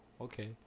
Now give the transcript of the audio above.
okay